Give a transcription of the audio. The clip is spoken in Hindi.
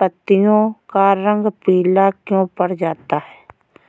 पत्तियों का रंग पीला क्यो पड़ रहा है?